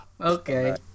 Okay